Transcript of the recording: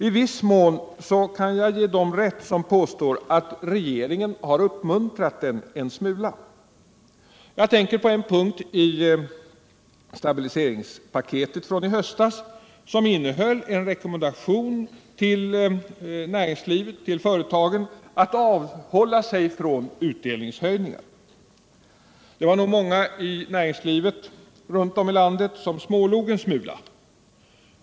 I viss mån kan jag ge dem rätt som påstår att regeringen har uppmuntrat den en smula. Jag tänker på en punkt i stabiliseringspaketet från i höstas som innehöll en rekommendation till företagen att avhålla sig från utdelningshöjningar. Det var nog många i näringslivet runt om i landet som smålog en smula.